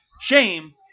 shame